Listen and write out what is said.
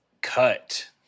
Cut